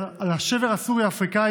על השבר הסורי-אפריקני,